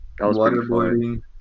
Waterboarding